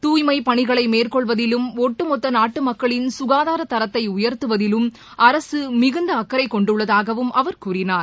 தூய்மைபணிகளைமேற்கொள்வதிலும் ஒட்டுமொத்தநாட்டுமக்களின் சுகாதாரதரத்தைடயர்த்துவதிலும் அரசுமிகுந்தஅக்கறைகொண்டுள்ளதாகவும் அவர் கூறினார்